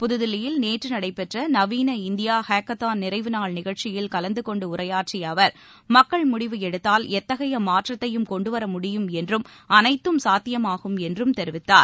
புதுதில்லியில் நேற்று நடைபெற்ற நவீன இந்தியா இஹேக்கத்தான் நிறைவு நாள் நிகழ்ச்சியில் கலந்துகொண்டு உரையாற்றிய அவர் மக்கள் முடிவு எடுத்தால் எத்தகைய மாற்றத்தையும் கொண்டுவர முடியும் என்றும் அனைத்தும் சாத்தியமாகும் என்றும் தெரிவித்தார்